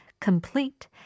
complete